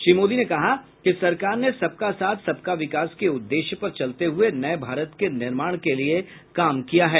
श्री मोदी ने कहा कि सरकार ने सबका साथ सबका विकास के उद्देश्य पर चलते हुए नये भारत के निर्माण के लिए काम किया है